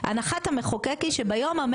היא שביום ה-